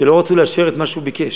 כשלא רצו לאשר את מה שהוא ביקש.